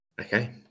Okay